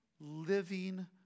living